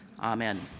amen